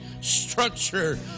structure